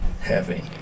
heavy